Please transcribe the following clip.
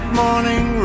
morning